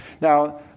Now